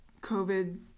COVID